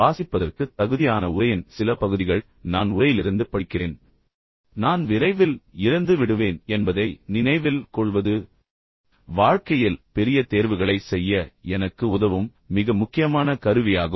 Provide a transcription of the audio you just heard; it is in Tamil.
வாசிப்பதற்கு தகுதியான உரையின் சில பகுதிகள் நான் உரையிலிருந்து படிக்கிறேன் நான் விரைவில் இறந்துவிடுவேன் என்பதை நினைவில் கொள்வது வாழ்க்கையில் பெரிய தேர்வுகளைச் செய்ய எனக்கு உதவும் மிக முக்கியமான கருவியாகும்